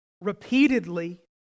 Repeatedly